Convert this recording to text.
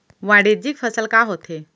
वाणिज्यिक फसल का होथे?